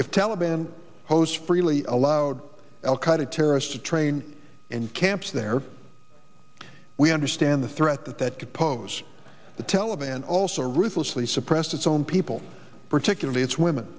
if taliban hosts freely allowed al qaeda terrorists to train in camps there we understand the threat that that could pose the telephone and also ruthlessly suppressed its own people particularly its women